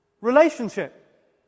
relationship